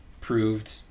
proved